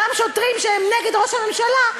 אותם שוטרים שהם נגד ראש הממשלה,